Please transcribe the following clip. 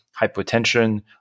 hypotension